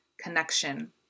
connection